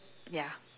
ya